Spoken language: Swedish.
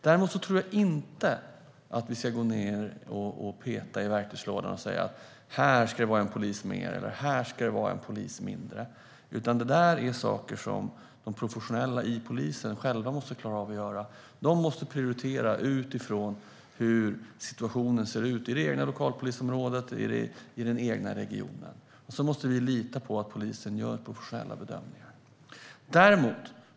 Däremot tror jag inte att vi ska gå in och peta i verktygslådan och säga: Här ska det vara en polis mer, och här ska det vara en polis mindre. Det där är saker som de professionella inom polisen själva måste klara av. De måste prioritera utifrån hur situationen ser ut i det egna lokalpolisområdet, i den egna regionen. Vi måste lita på att polisen gör professionella bedömningar.